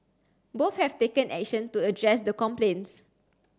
both have taken action to address the complaints